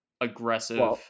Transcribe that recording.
aggressive